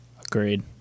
Agreed